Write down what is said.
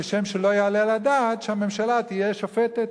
כשם שלא יעלה על הדעת שהממשלה תהיה שופטת,